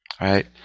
right